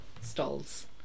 stalls